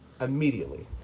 immediately